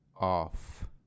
Off